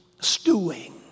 stewing